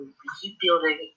rebuilding